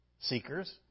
seekers